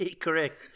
Correct